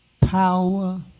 power